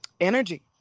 energy